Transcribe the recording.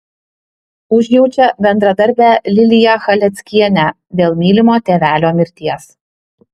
užjaučia bendradarbę liliją chaleckienę dėl mylimo tėvelio mirties